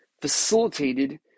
facilitated